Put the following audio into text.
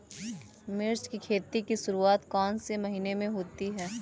मिर्च की खेती की शुरूआत कौन से महीने में होती है?